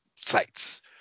sites